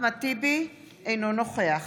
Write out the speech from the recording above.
אינו נוכח